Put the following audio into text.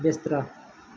ਬਿਸਤਰਾ